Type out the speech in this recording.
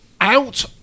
out